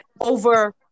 over